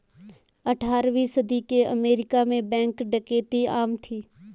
अठारहवीं सदी के अमेरिका में बैंक डकैती आम थी